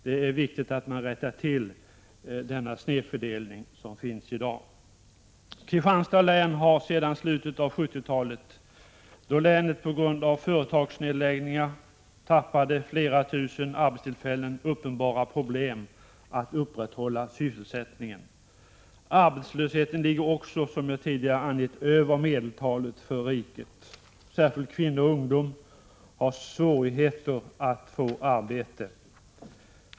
Det är viktigt att man rättar till denna snedfördelning. Kristianstads län har sedan slutet av 70-talet, då länet på grund av företagsnedläggningar tappade flera tusen arbetstillfällen, uppenbara problem att upprätthålla sysselsättningen. Arbetslösheten ligger också, som jag tidigare angett, över medeltalet för riket. Särskilt kvinnor och ungdomar har svårigheter att få arbete.